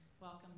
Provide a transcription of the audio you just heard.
welcome